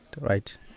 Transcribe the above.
right